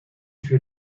für